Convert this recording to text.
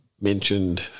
mentioned